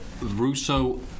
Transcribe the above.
Russo